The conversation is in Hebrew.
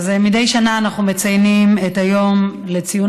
מדי שנה אנחנו מציינים את היום לציון